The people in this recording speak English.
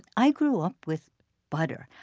i grew up with butter.